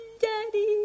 Daddy